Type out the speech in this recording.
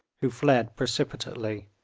who fled precipitately,